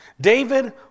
David